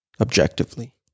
objectively